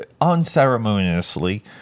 unceremoniously